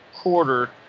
quarter